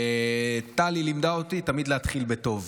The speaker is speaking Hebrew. וטלי לימדה אותי תמיד להתחיל בטוב,